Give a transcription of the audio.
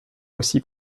aussi